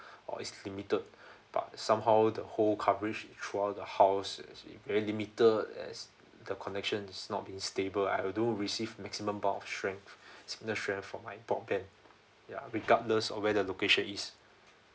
or it's limited but somehow the whole coverage throughout the house as it very limited as the connection is not being stable I although receive maximum bound of strength signal strength from my broadband ya regardless of where the location is